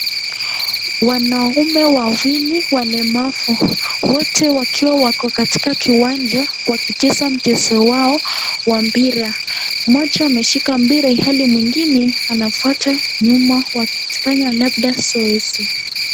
Wanaume wawili walemavu. Wote wakiwa wako katika kiwanja wakicheza mchezo wao wa mpira. Moja ameshika mpira ilhali mwengine anafuata nyuma wakifanya labda zoezi.